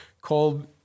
called